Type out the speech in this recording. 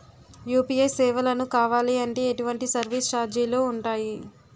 UPI సేవలను కావాలి అంటే ఎటువంటి సర్విస్ ఛార్జీలు ఉంటాయి?